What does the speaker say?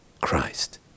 Christ